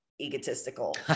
egotistical